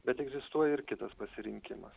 bet egzistuoja ir kitas pasirinkimas